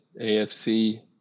AFC